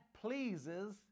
pleases